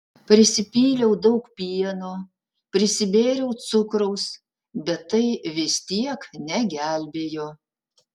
prisipyliau daug pieno prisibėriau cukraus bet tai vis tiek negelbėjo